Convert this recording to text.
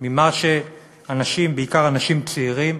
ממה שאנשים, בעיקר אנשים צעירים,